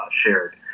shared